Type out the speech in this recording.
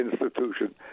institution